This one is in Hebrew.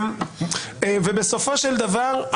בסופו של דבר,